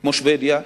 כמו שבדיה,